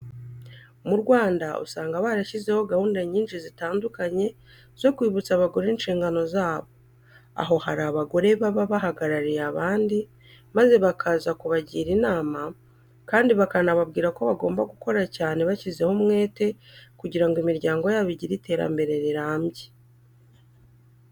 Mu Rwanda usanga barashyizeho gahunda nyinshi zitandukanye zo kwibutsa abagore inshingano zabo, aho hari abagore baba bahagarariye abandi maze bakaza kubagira inama kandi bakanababwira ko bagomba gukora cyane bashyizeho umwete kugira ngo imiryango yabo igire iterambere rirambye.